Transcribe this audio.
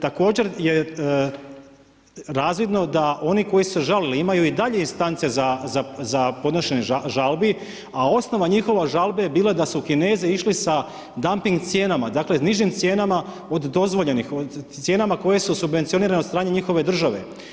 Također je razvidno da oni koji su se žalili imaju i dalje instance za podnošenje žalbi, a osnova njihove žalbe je bila da su Kinezi išli sa damping cijenama, dakle, nižim cijenama od dozvoljenih, cijenama koje su subvencionirane od strane njihove države.